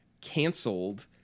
canceled